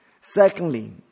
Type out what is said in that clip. Secondly